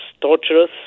torturous